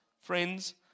friends